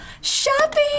Shopping